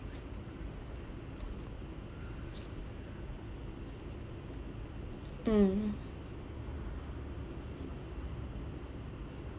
mm